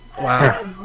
Wow